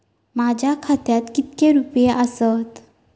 माझ्या खात्यात कितके रुपये आसत?